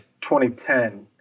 2010